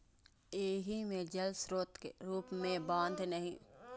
एहि मे जल स्रोतक रूप मे बांध, नदी, नहर आदिक उपयोग कैल जा सकैए